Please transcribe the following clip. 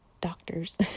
doctors